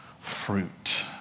Fruit